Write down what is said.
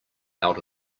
out